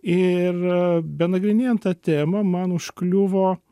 ir benagrinėjant tą temą man užkliuvo